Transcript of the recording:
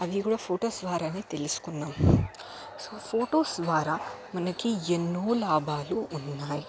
అది కూడా ఫొటోస్ ద్వారానే తెలుసుకున్నాము సో ఫొటోస్ ద్వారా మనకి ఎన్నో లాభాలు ఉన్నాయి